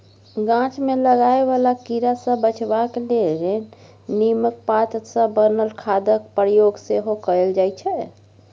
गाछ मे लागय बला कीड़ा सँ बचेबाक लेल नीमक पात सँ बनल खादक प्रयोग सेहो कएल जाइ छै